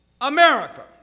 America